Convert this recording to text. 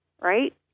Right